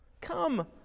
Come